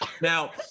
Now